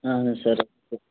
اہن حظ سَر